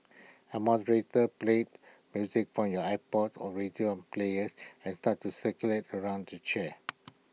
A moderator plays music from your iPod or radio and players has start to circle around the chairs